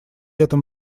этом